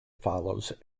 follows